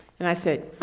and i said,